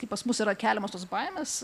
kaip pas mus yra keliamos tos baimės